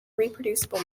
reproducible